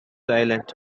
islands